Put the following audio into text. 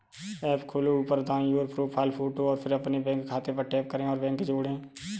app खोलो, ऊपर दाईं ओर, प्रोफ़ाइल फ़ोटो और फिर अपने बैंक खाते पर टैप करें और बैंक जोड़ें